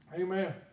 Amen